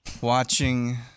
watching